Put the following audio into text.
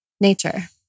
nature